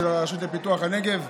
של הרשות לפיתוח הנגב.